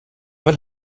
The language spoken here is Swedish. vill